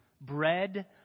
bread